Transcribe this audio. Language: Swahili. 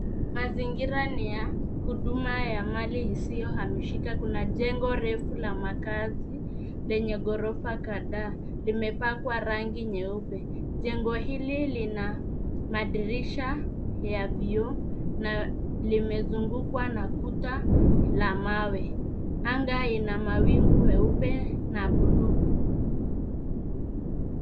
Mazingira ni ya huduma ya mali isiyohamishika kuna jengo refu la maakazi lenye gorofa kadhaa limepakwa rangi nyeupe. Jengo hili lina madirisha ya vioo na limezungukwa na kuta la mawe. Anga ina mawingu meupe na bluu.